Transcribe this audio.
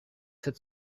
sept